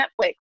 Netflix